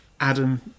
Adam